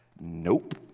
nope